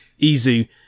izu